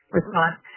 response